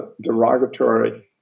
derogatory